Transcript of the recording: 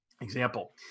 example